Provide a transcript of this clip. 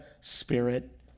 Spirit